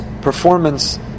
performance